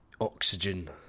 Oxygen